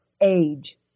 age